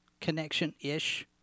connection-ish